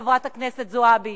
חברת הכנסת זועבי,